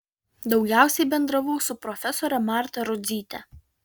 daugiausiai bendravau su profesore marta rudzyte